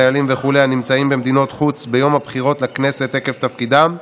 דיילים וכו' הנמצאים במדינת חוץ ביום הבחירות לכנסת עקב תפקידם,